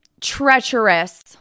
treacherous